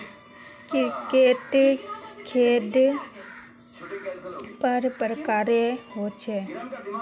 कीट कैडा पर प्रकारेर होचे?